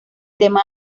tema